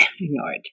ignored